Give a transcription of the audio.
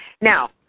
Now